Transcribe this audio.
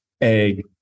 egg